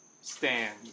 stand